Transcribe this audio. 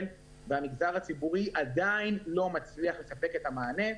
והמגזר הציבורי עדיין לא מצליח לספק את המענה.